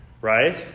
right